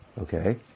okay